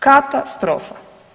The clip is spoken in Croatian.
Katastrofa.